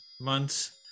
months